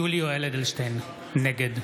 יולי יואל אדלשטיין, נגד